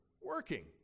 working